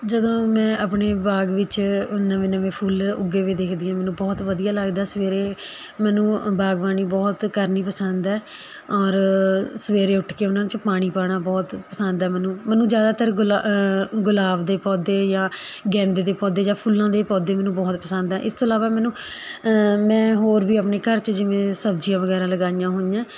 ਜਦੋਂ ਮੈਂ ਆਪਣੇ ਬਾਗ ਵਿੱਚ ਨਵੇਂ ਨਵੇਂ ਫੁੱਲ ਉੱਗੇ ਵੇ ਦੇਖਦੀ ਹਾਂ ਮੈਨੂੰ ਬਹੁਤ ਵਧੀਆ ਲੱਗਦਾ ਸਵੇਰੇ ਮੈਨੂੰ ਬਾਗਬਾਨੀ ਬਹੁਤ ਕਰਨੀ ਪਸੰਦ ਹੈ ਔਰ ਸਵੇਰੇ ਉੱਠ ਕੇ ਉਹਨਾਂ 'ਚ ਪਾਣੀ ਪਾਉਣਾ ਬਹੁਤ ਪਸੰਦ ਆ ਮੈਨੂੰ ਮੈਨੂੰ ਜ਼ਿਆਦਾਤਰ ਗੁਲ ਗੁਲਾਬ ਦੇ ਪੌਦੇ ਜਾਂ ਗੈਂਦੇ ਦੇ ਪੌਦੇ ਜਾਂ ਫੁੱਲਾਂ ਦੇ ਪੌਦੇ ਮੈਨੂੰ ਬਹੁਤ ਪਸੰਦ ਆ ਇਸ ਤੋਂ ਇਲਾਵਾ ਮੈਨੂੰ ਮੈਂ ਹੋਰ ਵੀ ਆਪਣੇ ਘਰ 'ਚ ਜਿਵੇਂ ਸਬਜ਼ੀਆਂ ਵਗੈਰਾ ਲਗਾਈਆਂ ਹੋਈਆਂ